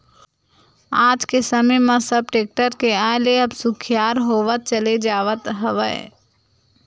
आज के समे म सब टेक्टर के आय ले अब सुखियार होवत चले जावत हवय